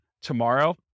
tomorrow